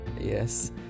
Yes